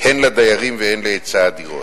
הן לדיירים והן להיצע הדירות.